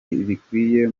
ibikwiye